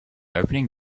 opening